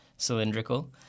cylindrical